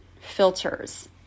filters